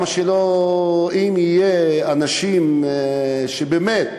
אם יהיו אנשים שבאמת,